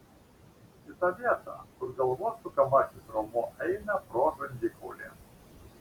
į tą vietą kur galvos sukamasis raumuo eina pro žandikaulį